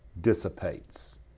dissipates